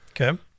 Okay